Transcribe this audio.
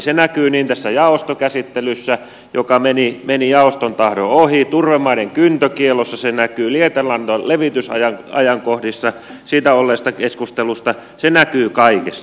se näkyy tässä jaostokäsittelyssä joka meni jaoston tahdon ohi turvemaiden kyntökiellossa se näkyy lietelannan levitysajankohdissa siitä olleessa keskustelussa se näkyy kaikessa